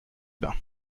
bains